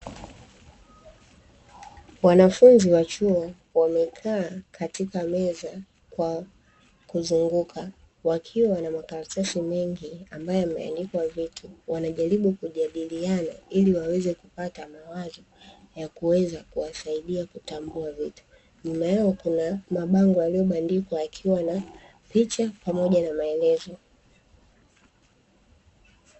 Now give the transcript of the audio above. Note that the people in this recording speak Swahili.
Wanafunzi wa chuo wamekaa katika meza kwa kuzunguka wakiwa na makaratasi mengi ambayo yameandikwa vitu wanajaribu kujadiliana ili waweze kupata mawazo ya kuweza kuwasaidia kutambua vitu, nyuma yao kuna mabango yaliyobandikwa yakiwa na picha pamoja na maelezo.